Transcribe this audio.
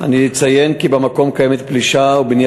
אני אציין כי במקום קיימת פלישה ובנייה